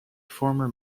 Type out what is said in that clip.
former